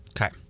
Okay